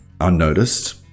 unnoticed